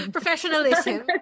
Professionalism